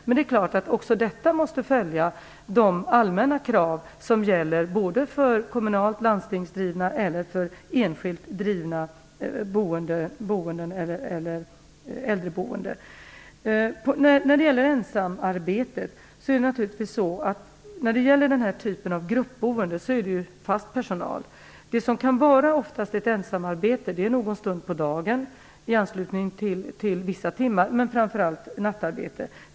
Men det är klart att också dessa måste följa de allmänna krav som gäller för kommunalt drivna, landstingsdrivna eller enskilt drivna äldreboenden. Ragnhild Pohanka tog också upp ensamarbetet. Vid den här typen av gruppboende arbetar fast anställd personal. Oftast är det vissa timmar någon stund på dagen men framför allt på natten som det är fråga om ensamarbete.